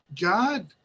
God